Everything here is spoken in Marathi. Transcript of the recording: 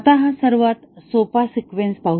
आता हा सर्वात सोपा सिक्वेन्स पाहू